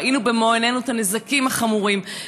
ראינו במו עינינו את הנזקים החמורים,